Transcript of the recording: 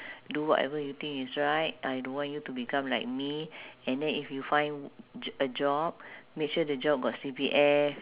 do whatever you think is right I don't want you to become like me and then if you find j~ a job make sure the job got C_P_F